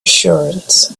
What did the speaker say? assurance